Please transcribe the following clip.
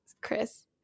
Chris